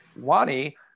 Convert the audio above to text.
Wani